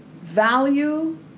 value